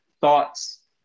thoughts